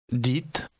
Dites